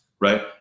right